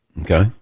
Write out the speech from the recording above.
Okay